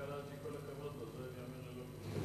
כל הכבוד לעמרם קלעג'י.